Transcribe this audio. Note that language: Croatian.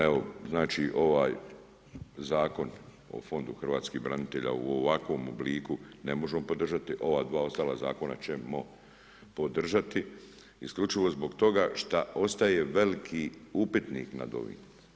Evo, znači ovaj zakon o fondu hrvatskih branitelja u ovakvom obliku ne možemo podržati, ova dva ostala zakona ćemo podržati isključivo zbog toga što ostaje veliki upitnik nad ovim.